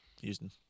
Houston